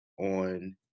on